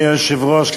גברתי היושבת-ראש,